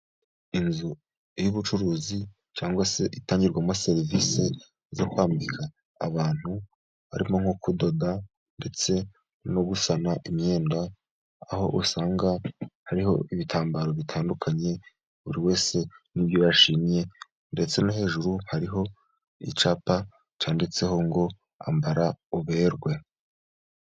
Inzu y'ubucuruzi cyangwa se itangirwamo serivisi zo kwambika abantu, barimo nko kudoda ndetse no gusana imyenda, aho usanga hariho ibitambaro bitandukanye buri wese n'ibyo yashimye ndetse no hejuru, hariho icyapa cyanditseho ngo ambara uberwe.